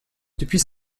depuis